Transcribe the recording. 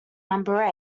number